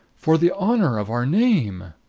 for the honor of our name!